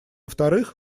вторых